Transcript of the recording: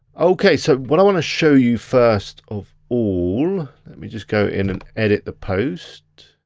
okay, so what i wanna show you first of all. let me just go in and edit the post.